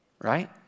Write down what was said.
Right